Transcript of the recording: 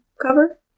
cover